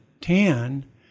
tan